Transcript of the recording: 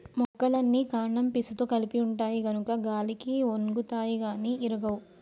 మొక్కలన్నీ కాండం పీసుతో కప్పి ఉంటాయి గనుక గాలికి ఒన్గుతాయి గాని ఇరగవు